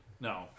No